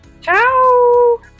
Ciao